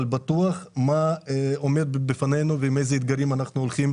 בטוח מה עומד בפנינו ועם איזה אתגרים אנחנו הולכים